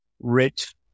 rich